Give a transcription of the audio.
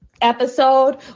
episode